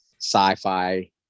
sci-fi